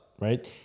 right